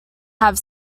have